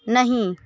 नहीं